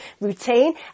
routine